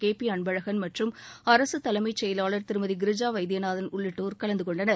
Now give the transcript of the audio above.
கேபிஅன்பழகன் மற்றும் அரசுதலைமைச் செயலாளர் திருமதி கிரிஜாவைத்தியநாதன் உள்ளிட்டோர் கலந்துகொண்டனர்